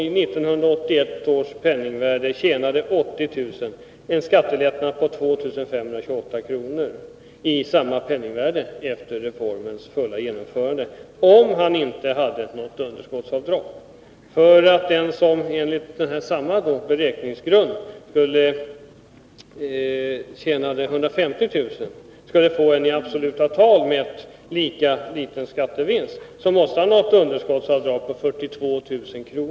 i 1981 års penningvärde en skattelättnad på 2 528 kr., efter reformens fulla genomförande, om han inte hade något underskottsavdrag. Enligt samma beräknings grund måste den som tjänar 150 000 kr. ha ett underskottsavdrag på 42 000 kr.